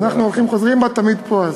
אנחנו הולכים, חוזרים, את תמיד פה.